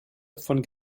von